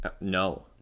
no